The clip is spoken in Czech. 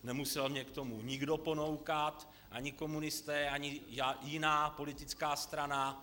Nemusel mě k tomu nikdo ponoukat ani komunisté, ani jiná politická strana.